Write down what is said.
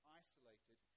isolated